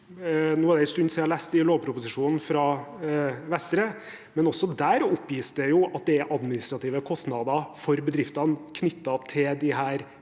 det en stund siden jeg har lest lovproposisjonen fra Vestre, men også der oppgis det jo at det er administrative kostnader for bedriftene knyttet til disse